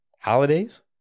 Holidays